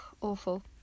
awful